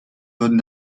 würden